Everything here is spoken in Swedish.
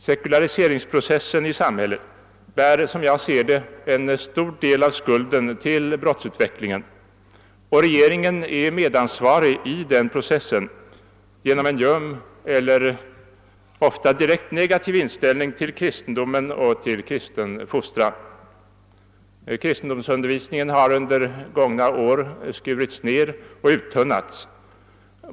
Sekulariseringsprocessen i samhället bär enligt min uppfattning en stor del av skulden till brottsutvecklingen, och regeringen är medansvarig i denna process genom en ljum eller ofta direkt negativ inställning till kristendomen och kristen fostran. Kristendomsundervisningen har under gångna år minskats ned och uttunnats.